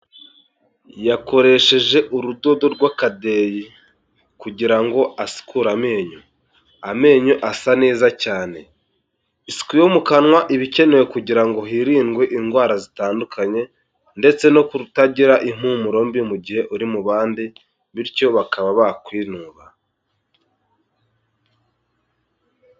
Yakoresheje urudodo rw'akadeyi kugira ngo asukure amenyo, amenyo asa neza cyane. Isuku yo mu kanwa iba ikenewe kugira ngo hirindwe indwara zitandukanye, ndetse no kutagira impumuro mbi mu gihe uri mu bandi. Bityo bakaba bakwinuba.